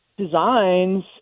designs